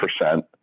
percent